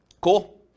cool